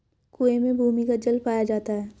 कुएं में भूमिगत जल पाया जाता है